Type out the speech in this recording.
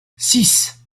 six